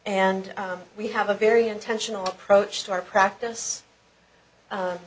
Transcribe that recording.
and we have a very intentional approach to our practice